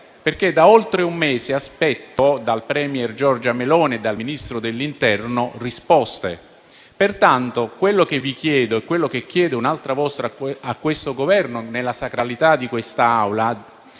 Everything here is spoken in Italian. perché da oltre un mese aspetto dalla *premier* Giorgia Meloni e dal Ministro dell'interno risposte. Pertanto, quello che vi chiedo e quello che chiedo un'altra volta a questo Governo, nella sacralità di quest'Aula,